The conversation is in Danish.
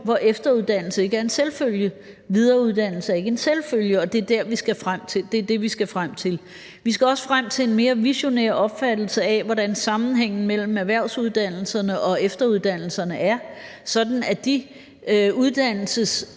hvor efteruddannelse ikke er en selvfølge og videreuddannelse ikke er en selvfølge, og det er det, vi skal frem til. Vi skal også frem til en mere visionær opfattelse af, hvordan sammenhængen mellem erhvervsuddannelserne og efteruddannelserne er, sådan at de uddannelsesændringer,